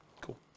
Cool